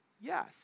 yes